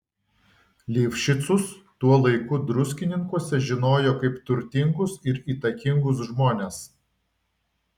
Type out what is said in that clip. lifšicus tuo laiku druskininkuose žinojo kaip turtingus ir įtakingus žmones